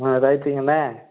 ஆ ரைட்டுங்கண்ணே